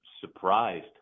surprised